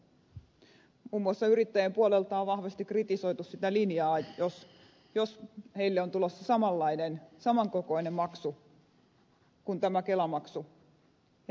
muun muassa yrittäjien puolelta on vahvasti kritisoitu sitä linjaa että heille on tulossa saman kokoinen maksu kuin tämä kelamaksu ja nimitys on vaan toinen